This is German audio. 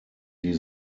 die